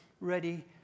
ready